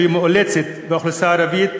שהיא מאולצת באוכלוסייה הערבית,